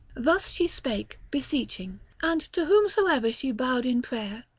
thus she spake, beseeching and to whomsoever she bowed in prayer,